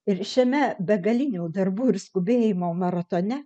ir šiame begalinių darbų ir skubėjimo maratone